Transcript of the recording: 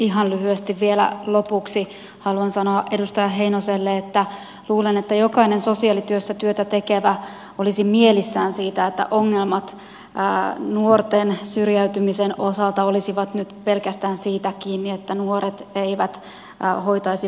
ihan lyhyesti vielä lopuksi haluan sanoa edustaja heinoselle että luulen että jokainen sosiaalityössä työtä tekevä olisi mielissään siitä että ongelmat nuorten syrjäytymisen osalta olisivat nyt pelkästään siitä kiinni että nuoret eivät hoitaisi velvoitteitaan